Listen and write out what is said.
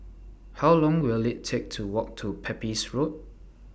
How Long Will IT Take to Walk to Pepys Road